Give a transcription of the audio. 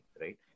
right